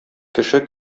кеше